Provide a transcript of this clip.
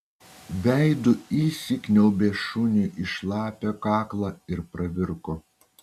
veidu įsikniaubė šuniui į šlapią kaklą ir pravirko